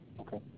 Okay